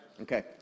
Okay